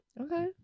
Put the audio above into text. Okay